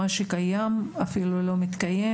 מה שקיים אפילו לא מתקיים,